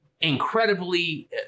Incredibly